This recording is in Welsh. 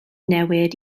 newid